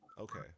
Okay